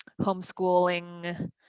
homeschooling